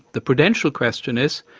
the prudential question is,